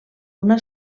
una